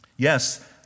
Yes